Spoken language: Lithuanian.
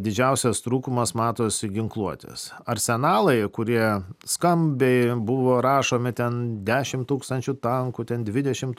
didžiausias trūkumas matosi ginkluotės arsenalai kurie skambiai buvo rašomi ten dešimt tūkstančių tankų ten dvidešimt